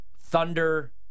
Thunder